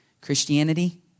Christianity